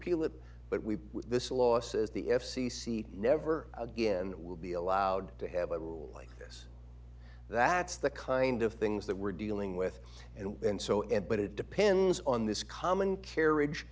al it but we this losses the f c c never again will be allowed to have a rule like this that's the kind of things that we're dealing with and so and but it depends on this common carriage